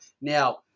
Now